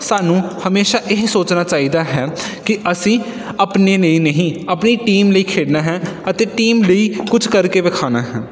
ਸਾਨੂੰ ਹਮੇਸ਼ਾਂ ਇਹ ਸੋਚਣਾ ਚਾਹੀਦਾ ਹੈ ਕਿ ਅਸੀਂ ਆਪਣੇ ਲਈ ਨਹੀਂ ਆਪਣੀ ਟੀਮ ਲਈ ਖੇਡਣਾ ਹੈ ਅਤੇ ਟੀਮ ਲਈ ਕੁਛ ਕਰਕੇ ਵਿਖਾਣਾ ਹੈ